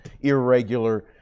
irregular